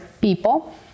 people